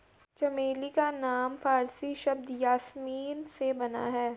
चमेली का नाम फारसी शब्द यासमीन से बना है